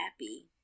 happy